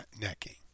necking